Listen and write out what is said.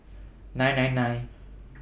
nine nine nine